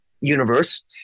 universe